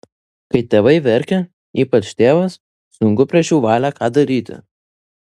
kai tėvai verkia ypač tėvas sunku prieš jų valią ką daryti